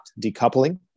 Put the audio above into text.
decoupling